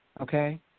okay